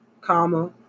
comma